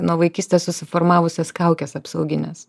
nuo vaikystės susiformavusias kaukes apsaugines